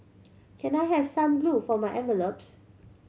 can I have some glue for my envelopes